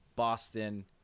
Boston